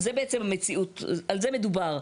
זו בעצם המציאות, על זה מדובר.